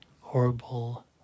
horrible